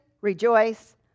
rejoice